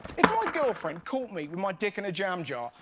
if my girlfriend caught me with my dick in a jam jar,